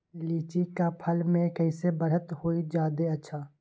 लिचि क फल म कईसे बढ़त होई जादे अच्छा?